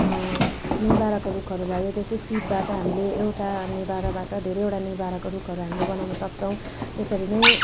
नेभाराको रुखहरू भयो त्यसकै सिडबाट हामीले एउटा नेभाराबाट धेरैवटा नेभाराको रुखहरू हामीले बनाउन सक्छौँ त्यसरी नै